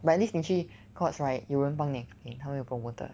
but at least 你去 Courts right 有人帮你它们有 promoter